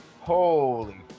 Holy